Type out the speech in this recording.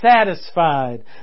satisfied